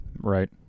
Right